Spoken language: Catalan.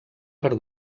per